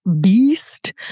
Beast